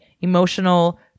emotional